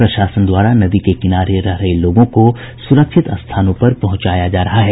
प्रशासन द्वारा नदी के किनारे रह रहे लोगों को सुरक्षित स्थानों पर पहुंचाया जा रहा है